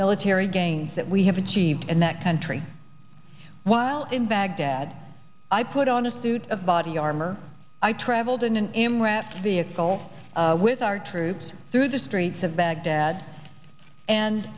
military gains that we have achieved in that country while in baghdad i put on a suit of body armor i traveled in an m where vehicle with our troops through the streets of baghdad and